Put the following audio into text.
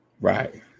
Right